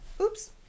Oops